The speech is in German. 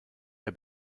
der